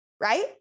right